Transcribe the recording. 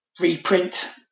reprint